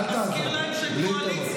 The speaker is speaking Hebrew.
אני מזכיר להם שהם קואליציה.